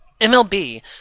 MLB